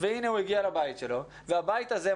והנה הוא הגיע לבית שלו והבית הזה,